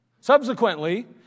Subsequently